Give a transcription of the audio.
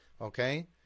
Okay